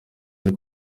ari